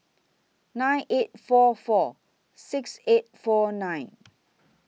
nine eight four four six eight four nine